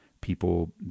people